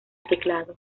teclado